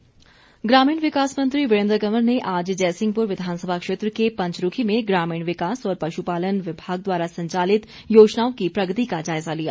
वीरेन्द्र कंवर ग्रामीण विकास मंत्री वीरेन्द्र कंवर ने आज जयसिंहपुर विधानसभा क्षेत्र के पंचरूखी में ग्रामीण विकास और पशुपालन विभाग द्वारा संचालित योजनाओं की प्रगति का जायजा लिया